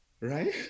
right